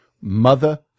Mother